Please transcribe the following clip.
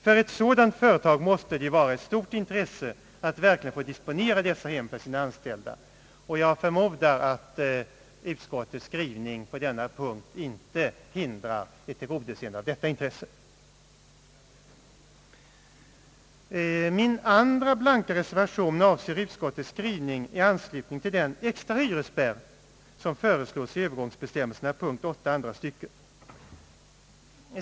För ett sådant företag måste det vara av stort intresse att verkligen få disponera dessa hem för de anställda, och jag förmodar att utskottets skrivning på denna punkt inte hindrar ett tillgodoseende av detta intresse. Min andra blanka reservation avser utskottets skrivning i anslutning till den extra hyresspärr som föreslås i Öövergångsbestämmelserna, punkt 8 andra stycket.